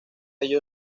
ello